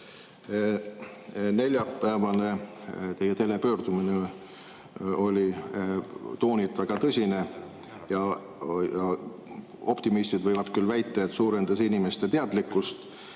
neljapäevane telepöördumine oli toonilt väga tõsine. Optimistid võivad küll väita, et see suurendas inimeste teadlikkust,